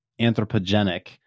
anthropogenic